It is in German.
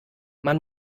man